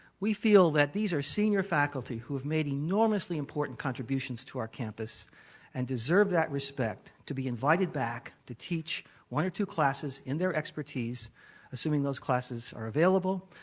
we feel that these are senior faculty who've made enormously important contributions to our campus and deserve that respect to be invited back to teach one or two classes in their expertise assuming those classes are available,